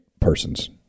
persons